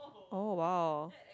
oh !wow!